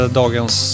dagens